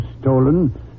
stolen